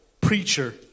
preacher